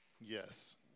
Yes